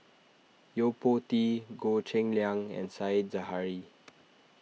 Yo Po Tee Goh Cheng Liang and Said Zahari